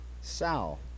Sal